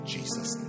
Jesus